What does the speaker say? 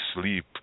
sleep